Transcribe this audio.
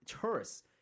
tourists